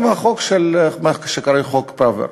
גם החוק שקרוי חוק פראוור,